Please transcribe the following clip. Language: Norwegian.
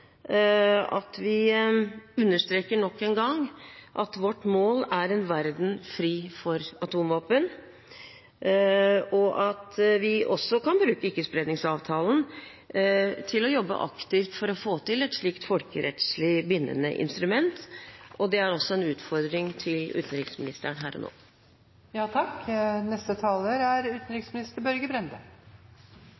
at vi understreker nok en gang at vårt mål er en verden fri for atomvåpen, og at vi også kan bruke Ikkespredningsavtalen til å jobbe aktivt for å få til et slikt folkerettslig bindende instrument. Det er også en utfordring til utenriksministeren her og nå.